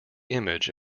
image